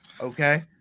okay